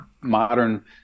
modern